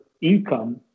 income